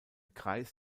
kreis